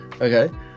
Okay